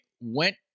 went